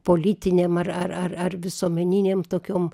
politinėm ar ar ar ar visuomeninėm tokiom